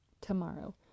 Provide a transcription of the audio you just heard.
tomorrow